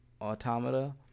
Automata